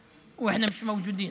ואנחנו בית ספר, אחי יוסף.